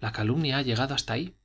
la calumnia ha llegado hasta ahí